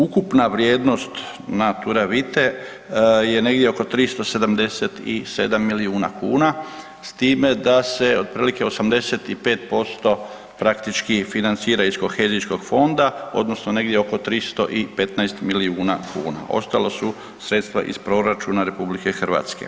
Ukupna vrijednost NaturaVite je negdje oko 377 milijuna kuna, s time da se od prilike 85% praktički financira iz Kohezijskog fonda, odnosno negdje oko 315 milijuna kuna, ostalo su sredstva iz Proračuna Republike Hrvatske.